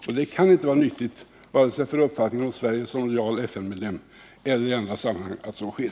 Och det kan inte vara nyttigt heller, vare sig för uppfattningen om Sveriges roll som lojal FN-medlem eller i andra sammanhang, att så sker.